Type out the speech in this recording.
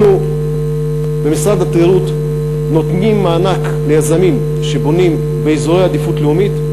אנחנו במשרד התיירות נותנים מענק ליזמים שבונים באזורי עדיפות לאומית,